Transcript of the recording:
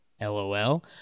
LOL